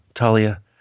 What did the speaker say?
Talia